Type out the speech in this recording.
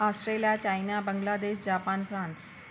Australia China Bangladesh Japan France